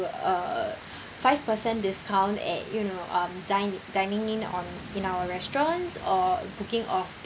uh five percent discount at you know um dine dining in on in our restaurants or booking of